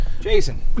Jason